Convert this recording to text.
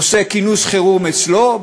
עושה כינוס חירום אצלו,